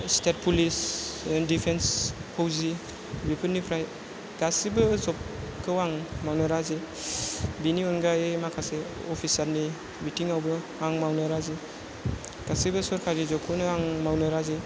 state police defence फौजि बेफोरनिफ्राय गासैबो जबखौ आं मावनो राजि बेनि अनगायै माखासे अफिसारनि बिथिंआवबो आं मावनो राजि गासैबो सोरखारि जबखौनो आं मावनो राजि